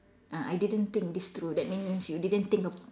ah I didn't think this through that means you didn't think ab~